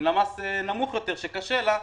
עם מס נמוך יותר שקשה לה,